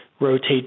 rotate